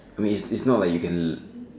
I mean this is not you can